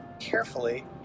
carefully